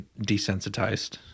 desensitized